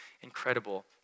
incredible